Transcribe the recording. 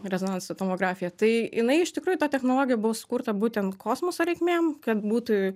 rezonanso tomografiją tai jinai iš tikrųjų ta technologija buvo sukurta būtent kosmoso reikmėm kad būtų